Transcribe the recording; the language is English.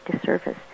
disservice